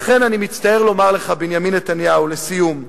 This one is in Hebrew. לכן, אני מצטער לומר לך, בנימין נתניהו, לסיום: